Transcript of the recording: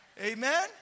Amen